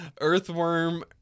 Earthworm